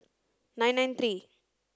nine nine three